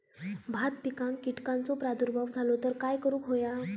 भात पिकांक कीटकांचो प्रादुर्भाव झालो तर काय करूक होया?